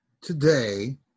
today